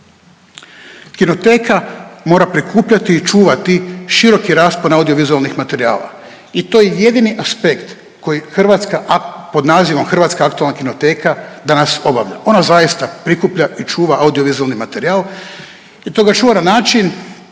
Kinoteka mora prikupljati i čuvati široki raspon audiovizualnih materijala i to je jedini aspekt koji Hrvatska, a pod nazivom Hrvatska aktualna kinoteka danas obavlja. Ona zaista prikuplja i čuva audiovizualni materijal i toga čuva na način